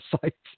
sites